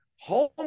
home